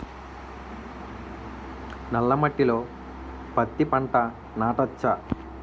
నల్ల మట్టిలో పత్తి పంట నాటచ్చా?